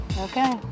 Okay